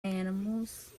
animals